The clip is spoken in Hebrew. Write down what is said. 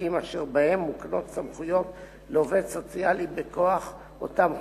חוקים אשר מוקנות בהם סמכויות לעובד סוציאלי מכוח אותם חוקים.